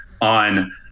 on